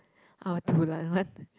I will dulan [one]